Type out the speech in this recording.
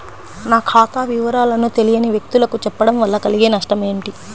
నా ఖాతా వివరాలను తెలియని వ్యక్తులకు చెప్పడం వల్ల కలిగే నష్టమేంటి?